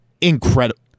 Incredible